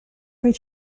made